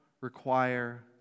require